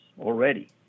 already